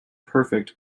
perfect